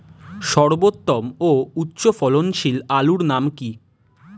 সর্বোত্তম ও উচ্চ ফলনশীল আলুর নাম কি?